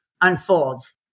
unfolds